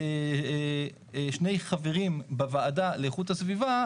שני חברים בוועדה לאיכות הסביבה,